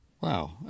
Wow